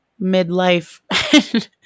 midlife